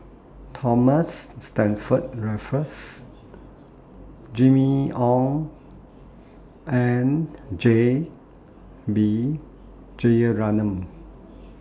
Thomas Stamford Raffles Jimmy Ong and J B Jeyaretnam